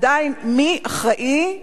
עדיין: מי אחראי,